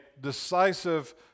decisive